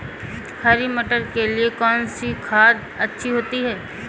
हरी मटर के लिए कौन सी खाद अच्छी होती है?